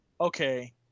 okay